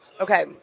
Okay